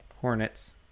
Hornets